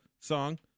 song